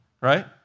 right